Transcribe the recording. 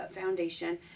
foundation